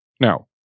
Now